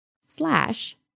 slash